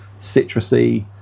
citrusy